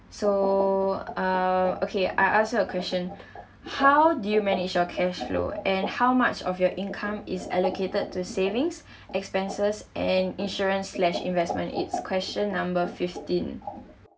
so uh okay I ask you a question how do you manage your cash flow and how much of your income is allocated to savings expenses and insurance slash investment it's question number fifteen